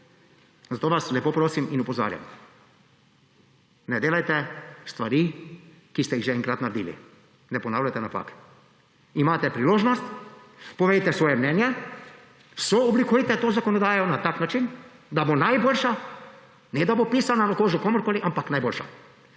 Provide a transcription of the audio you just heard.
Zato vas lepo prosim in opozarjam, ne delajte stvari, ki ste jih že enkrat naredili. Ne ponavljajte napak! Imate priložnost, povejte svoje mnenje, sooblikujte to zakonodajo na tak način, da bo najboljša, ne da bo pisana na kožo komurkoli, ampak najboljša.